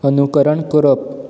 अनुकरण करप